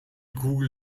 kugel